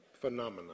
phenomena